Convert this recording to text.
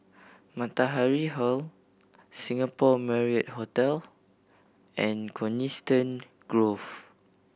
Matahari Hall Singapore Marriott Hotel and Coniston Grove